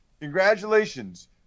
congratulations